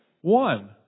one